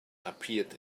appeared